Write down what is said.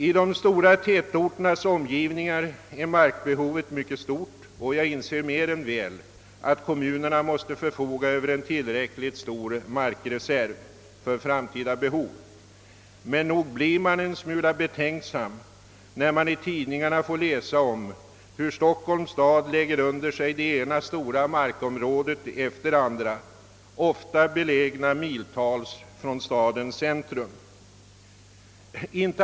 I de stora tätorternas omgivningar är markbehovet mycket stort, och jag inser mer än väl att kommunerna måste förfoga över en tillräckligt stor markreserv för framtida behov. Men nog blir man en smula betänksam när man i tidningarna får läsa hur Stockholms stad lägger under sig det ena stora markområdet efter det andra, ofta miltals från stadens centrum.